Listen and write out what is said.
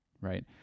right